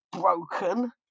broken